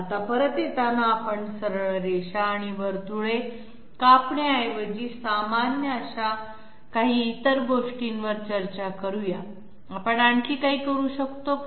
आता परत येताना आपण सरळ रेषा आणि वर्तुळे कापण्याऐवजी सामान्य अशा काही गोष्टींवर चर्चा करूया आपण आणखी काही करू शकतो का